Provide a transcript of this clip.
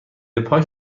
پاک